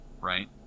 right